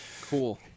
Cool